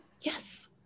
Yes